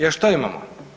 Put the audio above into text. Jer što imamo?